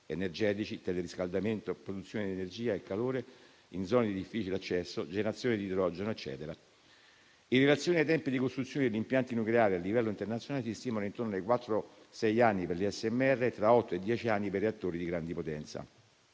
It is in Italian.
(energetici, teleriscaldamento, produzione di energia e calore in zone di difficile accesso, generazione di idrogeno, eccetera). In relazione ai tempi di costruzione di impianti nucleari a livello internazionale, si stimano intorno ai quattro-sei anni per gli SMR e tra otto e dieci anni per i reattori di grande potenza.